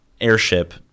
airship